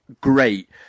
great